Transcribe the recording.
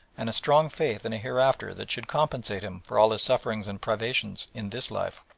and a stronger faith in a hereafter that should compensate him for all his sufferings and privations in this life.